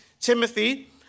Timothy